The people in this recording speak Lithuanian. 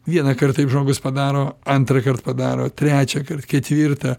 vienąkart taip žmogus padaro antrąkart padaro trečiąkart ketvirtą